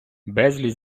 безліч